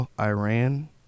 Iran